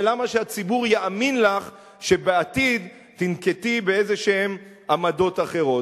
ולמה שהציבור יאמין לך שבעתיד תנקטי איזה עמדות אחרות.